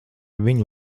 viņu